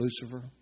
Lucifer